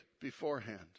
beforehand